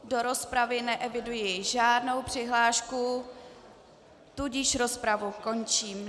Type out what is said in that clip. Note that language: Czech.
Do rozpravy neeviduji žádnou přihlášku, tudíž rozpravu končím.